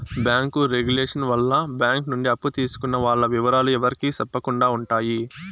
bank regulation వల్ల bank నుండి అప్పు తీసుకున్న వాల్ల ఇవరాలు ఎవరికి సెప్పకుండా ఉంటాయి